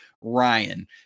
Ryan